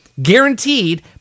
guaranteed